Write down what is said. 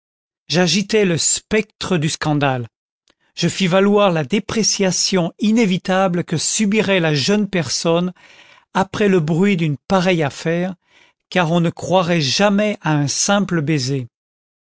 j'agitai le spectre du scandale je fis valoir la dépréciation inévitable que subirait la jeune personne après le bruit d'une pareille affaire car on ne croirait jamais à un simple baiser